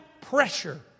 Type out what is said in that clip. pressure